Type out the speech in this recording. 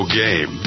game